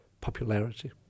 popularity